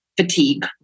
fatigue